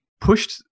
pushed